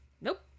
Nope